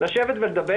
לשבת ולדבר,